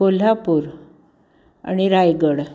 कोल्हापूर आणि रायगड